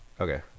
Okay